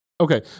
Okay